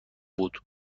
بود